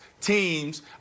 teams